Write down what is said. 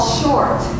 short